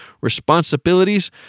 responsibilities